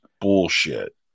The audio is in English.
bullshit